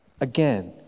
again